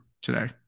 today